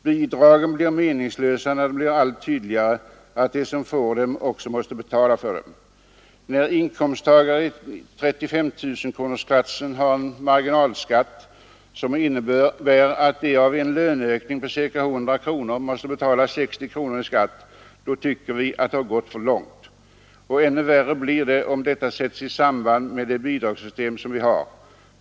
Bidragen blir meningslösa när det blir allt tydligare att de som får dem också måste betala dem. När inkomsttagare i 35-tusen kronorsklassen har en marginalskatt som innebär att de av en löneökning på 100 kronor måste betala 60 kronor i skatt, då tycker vi att det har tes i samband med det gått för långt. Ännu värre blir det om detta bidragssystem som vi har.